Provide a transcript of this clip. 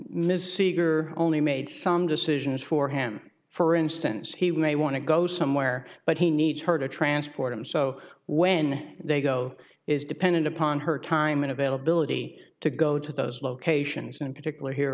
ms seeger only made some decisions for him for instance he may want to go somewhere but he needs her to transport him so when they go is dependent upon her time and availability to go to those locations in particular here